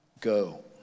Go